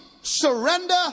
surrender